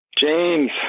James